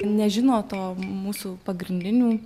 nežino to mūsų pagrindinių